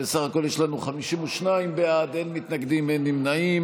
בסך הכול יש לנו 52 בעד, אין מתנגדים, אין נמנעים.